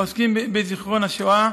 העוסקים בזיכרון השואה,